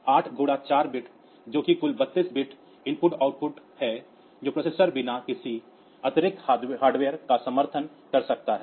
8 गुणा 4 बिट जो कि कुल 32 बिट IO है जो प्रोसेसर बिना किसी अतिरिक्त हार्डवेयर का समर्थन कर सकता है